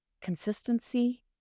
consistency